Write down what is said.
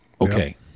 Okay